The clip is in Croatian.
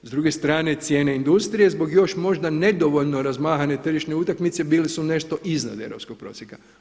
S druge strane cijene industrije zbog još možda nedovoljno razmahane tržišne utakmice bili su nešto iznad europskog prosjeka.